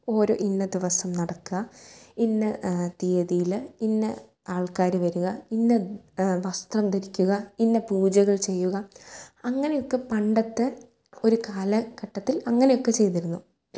ഓരോ ഇന്ന ദിവസം നടക്കുക ഇന്ന തീയതിയിൽ ഇന്ന ആൾക്കാർ വരുക ഇന്ന വസ്ത്രം ധരിക്കുക ഇന്ന പൂജകൾ ചെയ്യുക അങ്ങനെയൊക്കെ പണ്ടത്തെ ഒരു കാലഘട്ടത്തിൽ അങ്ങനെയൊക്കെ ചെയ്തിരുന്നു